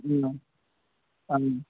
అ